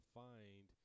find